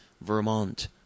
Vermont